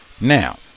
now